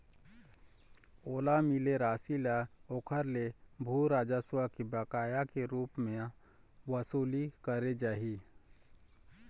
ओला मिले रासि ल ओखर ले भू राजस्व के बकाया के रुप म बसूली करे जाही